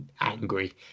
angry